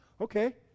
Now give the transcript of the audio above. Okay